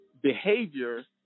behavior